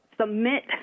submit